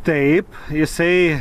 taip jisai